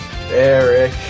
Eric